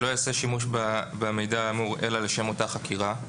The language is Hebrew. שלא ייעשה שימוש במידע האמור אלא לשם אותה חקירה.